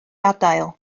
adael